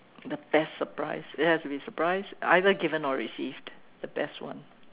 the best surprise it has to be surprise either given or received the best one